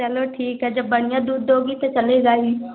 चलो ठीक है जब बढ़िया दूध दोगी तो चलेगा ही